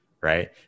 right